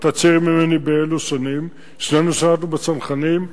אתה צעיר ממני באי-אלו שנים ושנינו שירתנו בצנחנים: